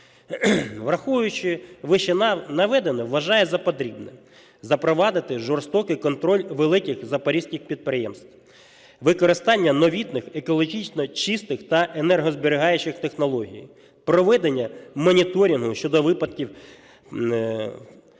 Враховуючи вищенаведене, вважаю за потрібне: запровадити жорстокий контроль великих запорізьких підприємств, використання новітніх екологічно чистих та енергозберігаючих технологій, проведення моніторингу щодо випадків